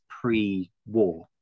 pre-war